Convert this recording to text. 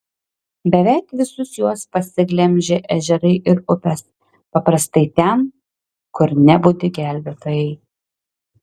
beveik visus juos pasiglemžė ežerai ir upės paprastai ten kur nebudi gelbėtojai